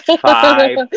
five